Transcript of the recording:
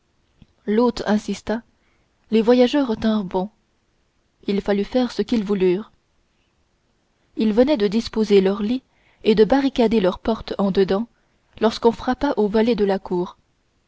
l'hôte insista les voyageurs tinrent bon il fallut faire ce qu'ils voulurent ils venaient de disposer leur lit et de barricader leur porte en dedans lorsqu'on frappa au volet de la cour